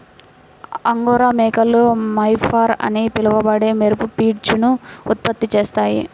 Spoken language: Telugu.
అంగోరా మేకలు మోహైర్ అని పిలువబడే మెరుపు పీచును ఉత్పత్తి చేస్తాయి